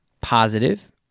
Positive